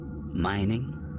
Mining